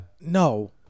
no